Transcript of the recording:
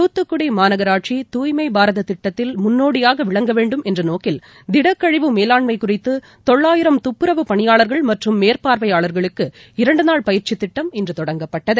தூத்துக்குடிமாநகராட்சி தூய்மைபாரததிட்டத்தில் முன்ளோடியாகவிளங்க வேண்டும் என்றநோக்கில் திடக்கழிவு மேலாண்மைகுறித்தொள்ளாயிரம் துப்புரவு பணியாளர்கள் மற்றும் மேற்பார்வையாளர்களுக்கு இரண்டுநாள் பயிற்சிதிட்டம் இன்றுதொடங்கப்பட்டது